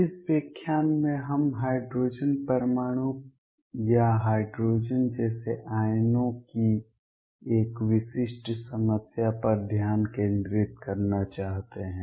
इस व्याख्यान में हम हाइड्रोजन परमाणु या हाइड्रोजन जैसे आयनों की एक विशिष्ट समस्या पर ध्यान केंद्रित करना चाहते हैं